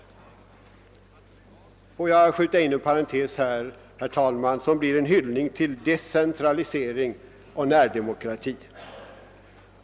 Låt mig här skjuta in en parentes, herr talman, som blir en hyllning till decentralisering och närdemokrati.